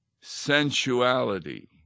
sensuality